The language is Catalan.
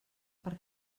per